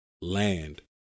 land